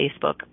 Facebook